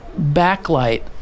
backlight